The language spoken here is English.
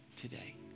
today